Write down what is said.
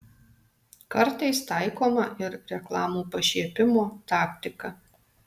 kartais taikoma ir reklamų pašiepimo taktika